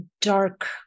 dark